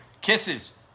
Kisses